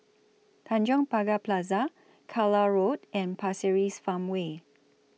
Tanjong Pagar Plaza Carlisle Road and Pasir Ris Farmway